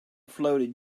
floated